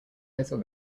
little